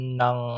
ng